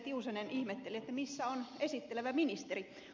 tiusanen ihmetteli että missä on esittelevä ministeri